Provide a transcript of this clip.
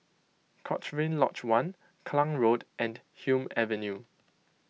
Cochrane Lodge one Klang Road and Hume Avenue